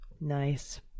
nice